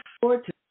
forward